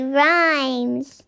rhymes